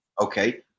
okay